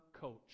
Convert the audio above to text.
coach